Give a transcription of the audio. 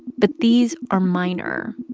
but these are minor.